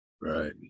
right